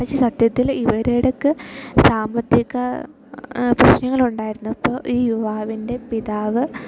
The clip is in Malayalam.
പക്ഷേ സത്യത്തിൽ ഇവരുടെ ഇടയ്ക്ക് സാമ്പത്തിക പ്രശ്നങ്ങളുണ്ടായിരുന്നപ്പം ഈ യുവാവിൻ്റെ പിതാവ്